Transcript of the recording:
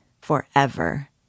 forever